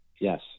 Yes